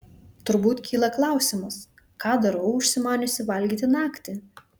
turbūt kyla klausimas ką darau užsimaniusi valgyti naktį